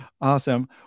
awesome